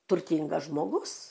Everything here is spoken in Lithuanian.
turtingas žmogus